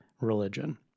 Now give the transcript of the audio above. religion